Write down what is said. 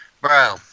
Bro